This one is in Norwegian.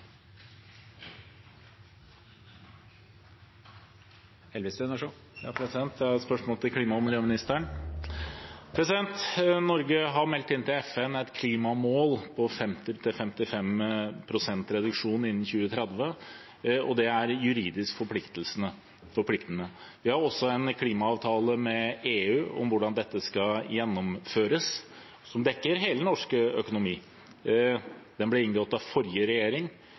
Jeg har et spørsmål til klima- og miljøministeren. Norge har meldt inn til FN et klimamål på 50–55 pst. reduksjon innen 2030, og det er juridisk forpliktende. Vi har også en klimaavtale med EU om hvordan dette skal gjennomføres, som dekker hele den norske økonomien. Den ble inngått av forrige regjering